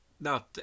No